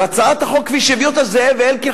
והצעת החוק כפי שהביא אותה זאב אלקין,